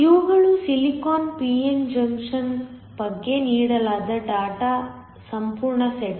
ಇವುಗಳು ಸಿಲಿಕಾನ್p n junction ಬಗ್ಗೆ ನೀಡಲಾದ ಡೇಟಾದ ಸಂಪೂರ್ಣ ಸೆಟ್